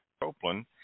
Copeland